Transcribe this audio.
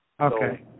Okay